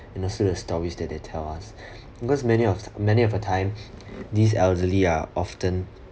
in a series of stories that they tell us because many of many of a time these elderly are often